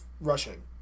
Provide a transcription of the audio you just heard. rushing